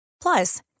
Plus